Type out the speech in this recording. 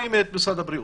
מחשיבים את משרד הבריאות.